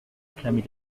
réclamer